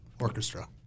orchestra